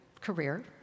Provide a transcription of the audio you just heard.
career